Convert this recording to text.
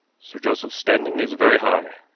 sir joseph's standing is very high.